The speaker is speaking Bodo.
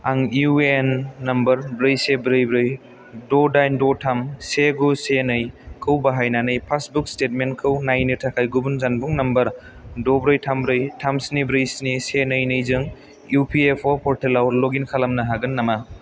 आं इउ ए एन नम्बार ब्रै से ब्रै ब्रै द' दाइन द' थाम से गु से नै खौ बाहायनानै पासबुक स्टेटमेन्टखौ नायनो थाखाय गुबुन जानबुं नम्बार द' ब्रै थाम ब्रै थाम स्नि ब्रै स्नि से नै नै जों इ पि एफ अ' पर्टेलाव लग इन खालामनो हागोन नामा